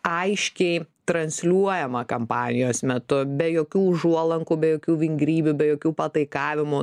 aiškiai transliuojama kampanijos metu be jokių užuolankų be jokių vingrybių be jokių pataikavimų